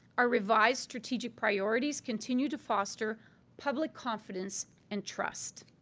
our revised strategic priorities continue to foster public confidence and trust.